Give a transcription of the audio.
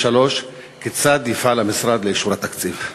3. כיצד יפעל המשרד לאישור התקציב?